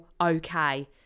okay